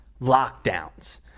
lockdowns